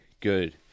good